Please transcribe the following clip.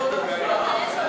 להסיר